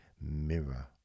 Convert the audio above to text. mirror